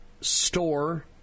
store